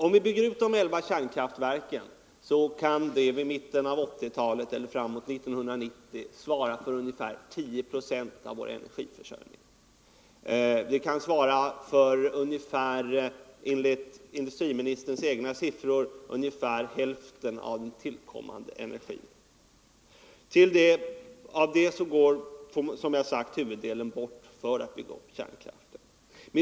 Om de elva kärnkraftverken byggs ut kan de vid mitten av 1980-talet eller framemot 1990 svara för ungefär tio procent av vår energiförsörjning, vilket enligt industriministerns egna siffror skulle betyda ungefär hälften av den tillkommande energin. Huvuddelen av denna mängd går emellertid bort för att bygga upp kärnkraften.